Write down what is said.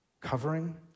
covering